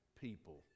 people